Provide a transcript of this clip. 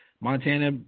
Montana